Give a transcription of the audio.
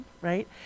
right